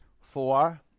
four